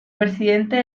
presidente